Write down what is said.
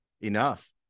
enough